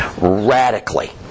radically